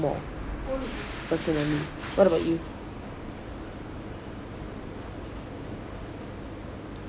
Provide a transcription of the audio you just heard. more personally what about you